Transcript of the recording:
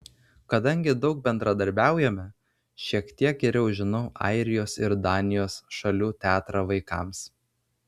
kadangi daug bendradarbiaujame šiek tiek geriau žinau airijos ir danijos šalių teatrą vaikams